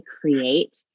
create